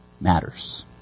matters